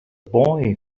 boy